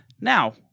Now